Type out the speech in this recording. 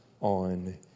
on